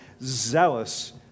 zealous